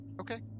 Okay